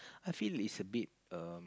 I feel is a bit err